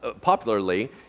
popularly